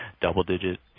double-digit